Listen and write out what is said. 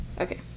Okay